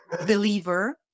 believer